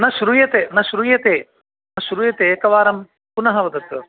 न श्रूयते न श्रूयते न श्रूयते एकवारं पुनः वदतु